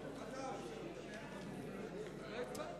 האזרחות והכניסה לישראל (הוראת שעה),